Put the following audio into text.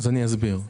אסביר.